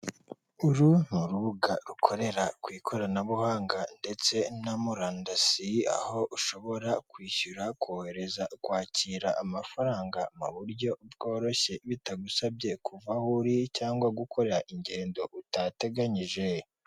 Uru ni rubuga rukorera ku ikoranabuhanga ndetse na murandasi, aho ushobora kwishyura, kohereza, kwakira amafaranga mu buryo bworoshye bitagusabye kuva aho uri, cyangwa gukora ingendo utateganyije.